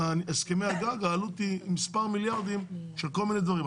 הסכמי הגג העלות היא מספר מיליארדים של כל מיני דברים.